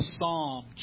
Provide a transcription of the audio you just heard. Psalm